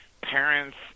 Parents